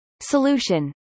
Solution